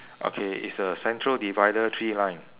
okay it's a central divider three line